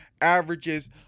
averages